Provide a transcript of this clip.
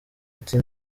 ati